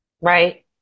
right